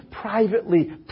privately